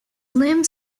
limbs